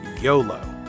YOLO